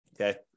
okay